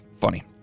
Funny